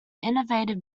innovative